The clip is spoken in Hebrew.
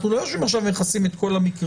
אנחנו לא יושבים עכשיו ומכסים את כל המקרים.